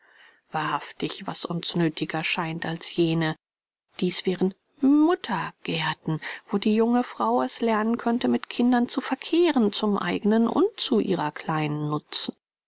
wahrhaftig was uns nöthiger scheint als jene dies wären muttergärten wo die junge frau es lernen könnte mit kindern zu verkehren zum eignen und ihrer kleinen nutzen